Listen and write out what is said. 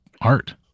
art